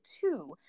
two